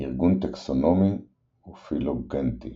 ארגון טקסונומי ופילוגנטי